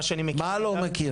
מה לא מכיר?